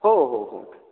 हो हो हो